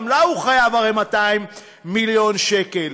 גם לה הוא חייב הרי 200 מיליון שקל.